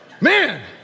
man